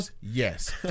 yes